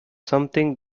something